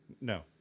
no